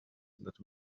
that